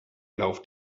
lauf